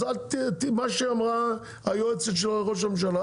אז מה שאמרה היועצת של ראש הממשלה,